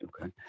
okay